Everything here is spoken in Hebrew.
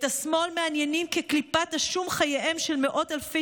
את השמאל מעניינים כקליפת השום חייהם של מאות אלפי